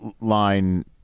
line